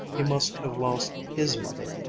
he must have lost his mother,